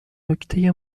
نکته